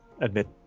admit